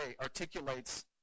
articulates